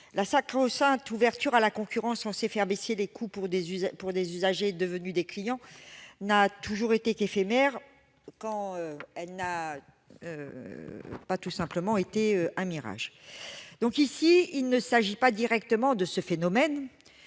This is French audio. La sacro-sainte ouverture à la concurrence censée faire baisser les coûts pour des usagers devenus des clients a toujours été éphémère, quand elle n'a pas tout simplement été un mirage. Ici, il ne s'agit pas directement de ce phénomène